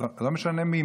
לא משנה מי.